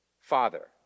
Father